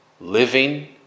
Living